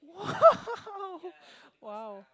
!wow! !wow!